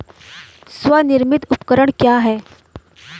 स्वनिर्मित उपकरण क्या है?